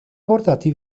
portati